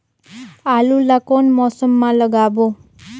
आलू ला कोन मौसम मा लगाबो?